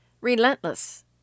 relentless